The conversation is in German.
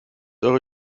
eure